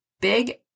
big